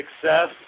success